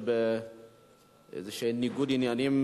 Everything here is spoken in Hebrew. ניגוד עניינים,